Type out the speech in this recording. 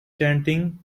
chanting